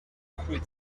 quit